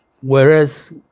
Whereas